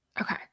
Okay